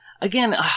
again